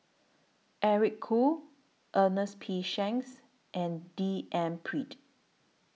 Eric Khoo Ernest P Shanks and D N Pritt